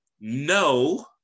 no